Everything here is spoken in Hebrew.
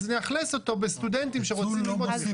אז נאכלס אותו בסטודנטים שרוצים ללמוד.